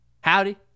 howdy